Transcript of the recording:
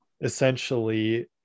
essentially